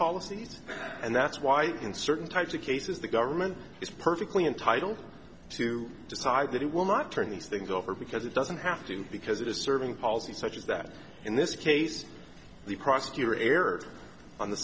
policies and that's why in certain types of cases the government is perfectly entitled to decide that it will not turn these things over because it doesn't have to because it is serving policy such as that in this case the prosecutor erred on the